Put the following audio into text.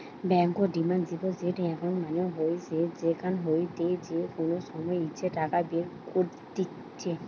বেঙ্কর demand deposit account মানে হইসে যেখান হইতে যে কোনো সময় ইচ্ছে টাকা বের কত্তিছে